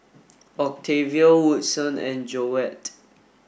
Octavio Woodson and Joette